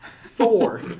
Thor